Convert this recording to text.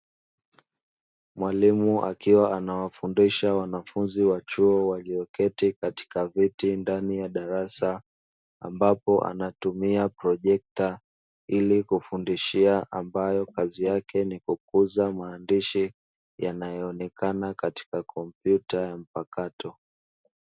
Mwalimu akiwa ana wafundisha wanafunzi wa chuo walioketi katika viti ndani ya darasa, ambapo anatumia projekta ili kufundishia ambayo kazi yake ni kukuza maandishi, yanayo onekana katika kompyuta ya mpakato.